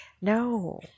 No